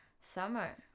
Summer